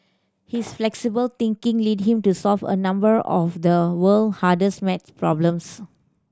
his flexible thinking led him to solve a number of the world hardest maths problems